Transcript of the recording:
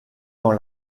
dans